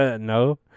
no